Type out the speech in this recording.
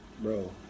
bro